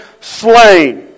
slain